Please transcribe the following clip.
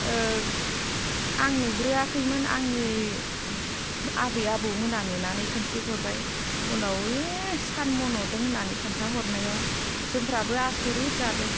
आं नुग्रोवाखैमोन आंनि आबै आबौमोना नुनानै खिन्थाहरबाय उनाव ए सान मन'दों होननानै खिनथाहरनायाव जोंफ्राबो आसुरिद जादों